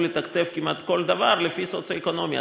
לתקצב כמעט כל דבר לפי סוציו-אקונומי.